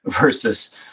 versus